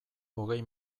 hogei